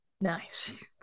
Nice